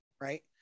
Right